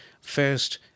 first